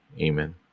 Amen